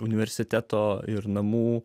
universiteto ir namų